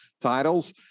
titles